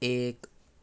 ایک